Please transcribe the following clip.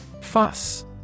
Fuss